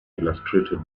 illustrated